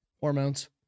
hormones